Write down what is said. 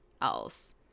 else